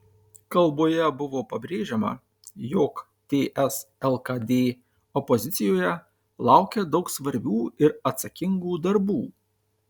kalboje buvo pabrėžiama jog ts lkd opozicijoje laukia daug svarbių ir atsakingų darbų